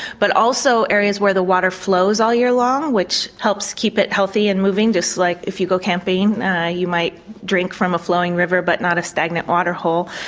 but also areas where the water flows all year long which helps keep it healthy and moving just like if you go camping you might drink from a flowing river but not a stagnant waterhole.